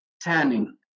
tanning